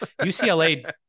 UCLA